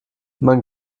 man